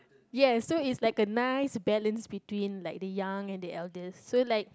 yes so it's like a nice balance between like the young and the elders so like